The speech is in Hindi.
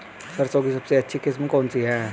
सरसों की सबसे अच्छी किस्म कौन सी है?